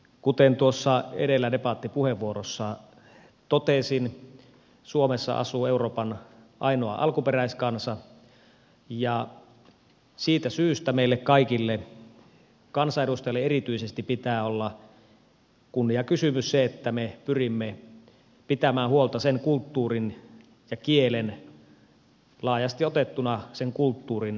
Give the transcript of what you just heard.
kuten tuossa edellä debattipuheenvuorossa totesin suomessa asuu euroopan ainoa alkuperäiskansa ja siitä syystä meille kaikille kansanedustajille erityisesti pitää olla kunniakysymys se että me pyrimme pitämään huolta sen kulttuurin ja kielen laajasti otettuna sen kulttuurin säilymisestä